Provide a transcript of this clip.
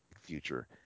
future